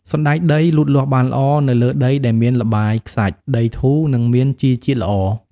សណ្ដែកដីលូតលាស់បានល្អនៅលើដីដែលមានល្បាយខ្សាច់ ដីធូរ និងមានជីជាតិល្អ។